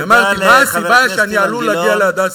אני אמרתי מה הסיבה שאני עלול להגיע ל"הדסה",